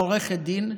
עורכת דין,